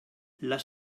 les